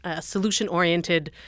solution-oriented